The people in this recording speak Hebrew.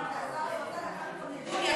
השר היוצא לקח אתו נדוניה,